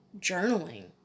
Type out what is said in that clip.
journaling